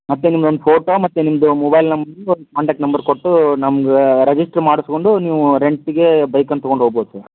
ಮತ್ತೆ ನಿಮ್ದೊಂದು ಫೋಟೋ ಮತ್ತು ನಿಮ್ಮದು ಮೊಬೈಲ್ ನಂಬರ್ ಕಾಂಟಾಕ್ಟ್ ನಂಬರ್ ಕೊಟ್ಟು ನಮ್ಗೆ ರಿಜಿಸ್ಟರ್ ಮಾಡಿಸ್ಕೊಂಡು ನೀವು ರೆಂಟಿಗೆ ಬೈಕನ್ನು ತೊಗೊಂಡೋಗ್ಭೌದು ಸರ್